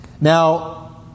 Now